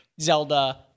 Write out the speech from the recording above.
Zelda